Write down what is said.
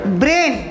brain